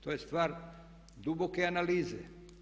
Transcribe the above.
To je stvar duboke analize.